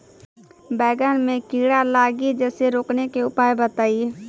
बैंगन मे कीड़ा लागि जैसे रोकने के उपाय बताइए?